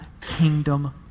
kingdom